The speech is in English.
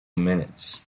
minutes